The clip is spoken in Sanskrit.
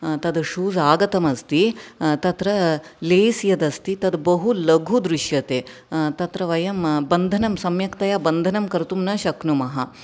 तद् शूस् आगतम् अस्ति तत्र लेस् यदस्ति तद् बहु लघु दृश्यते तत्र वयं बन्धनं सम्यक्तया बन्धनं कर्तुं न शक्नुमः